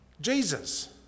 Jesus